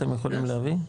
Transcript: אתם יכולים להביא?